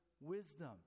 wisdom